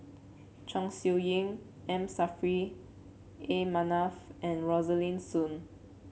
Chong Siew Ying M Saffri A Manaf and Rosaline Soon